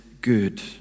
good